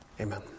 amen